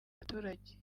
baturage